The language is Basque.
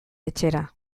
etxera